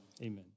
amen